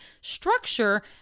structure